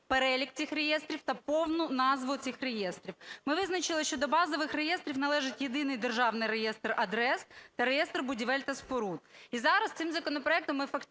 перелік цих реєстрів та повну назву цих реєстрів. Ми визначили, що до базових реєстрів належить Єдиний державний реєстр адрес та реєстр будівель та споруд. І зараз цим законопроектом ми фактично